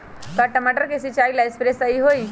का टमाटर के सिचाई ला सप्रे सही होई?